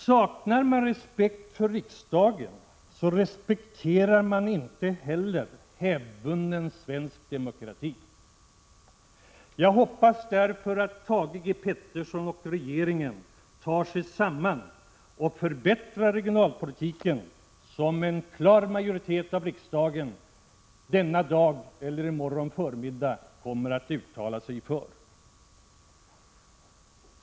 Saknar man respekt för riksdagen, respekterar man inte heller hävdvunnen svensk demokrati. Jag hoppas därför att Thage G. Peterson och regeringen tar sig samman och förbättrar regionalpoölitiken — som en klar majoritet i riksdagen denna dag eller i morgon förmiddag kommer att uttala sig för.